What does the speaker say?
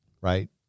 right